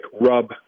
rub